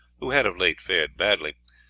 who had of late fared badly,